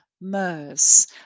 MERS